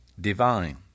divine